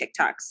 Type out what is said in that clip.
TikToks